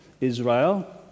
Israel